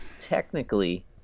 technically